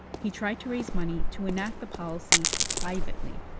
he tried to raise money to enact the policy privately